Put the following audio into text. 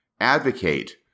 advocate